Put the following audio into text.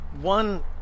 one